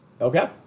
Okay